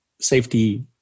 safety